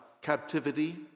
captivity